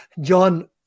John